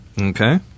Okay